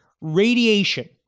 radiation